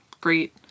Great